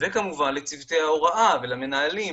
וכמובן לצוותי ההוראה ולמנהלים.